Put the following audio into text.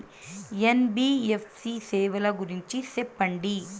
NBFC సేవల గురించి సెప్పండి?